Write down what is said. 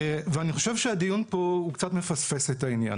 אני חושב שהדיון פה הוא קצת מפספס את העניין.